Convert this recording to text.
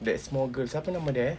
that small girl siapa nama dia eh